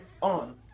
on